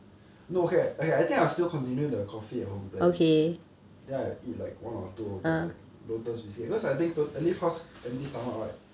no okay I I think I will still continue the coffee at home plan then I will eat like one or two of the lotus biscuit because I think I leave house stomach right